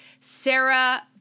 sarah